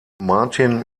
martin